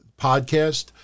podcast